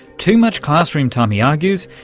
too much classroom time, he argues,